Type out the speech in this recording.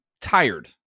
tired